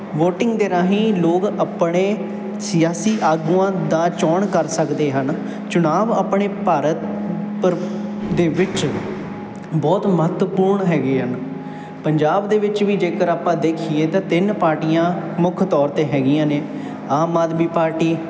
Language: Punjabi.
ਵੋਟਿੰਗ ਦੇ ਰਾਹੀਂ ਲੋਕ ਆਪਣੇ ਸਿਆਸੀ ਆਗੂਆਂ ਦਾ ਚੋਣ ਕਰ ਸਕਦੇ ਹਨ ਚੁਣਾਵ ਆਪਣੇ ਭਾਰਤ ਭਰ ਦੇ ਵਿੱਚ ਬਹੁਤ ਮਹੱਤਵਪੂਰਨ ਹੈਗੇ ਹਨ ਪੰਜਾਬ ਦੇ ਵਿੱਚ ਵੀ ਜੇਕਰ ਆਪਾਂ ਦੇਖੀਏ ਤਾਂ ਤਿੰਨ ਪਾਰਟੀਆਂ ਮੁੱਖ ਤੌਰ 'ਤੇ ਹੈਗੀਆਂ ਨੇ ਆਮ ਆਦਮੀ ਪਾਰਟੀ